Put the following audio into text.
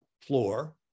floor